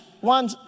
one